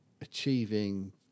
achieving